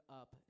up